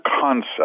concept